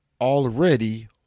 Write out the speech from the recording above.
already